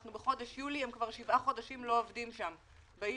אנחנו בחודש יולי וכבר שבעה חודשים שהם לא עובדים שם בעיר,